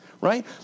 right